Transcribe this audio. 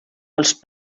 els